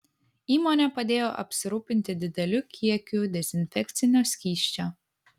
įmonė padėjo apsirūpinti dideliu kiekiu dezinfekcinio skysčio